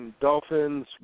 Dolphins